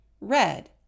red